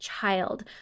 child